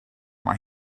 mae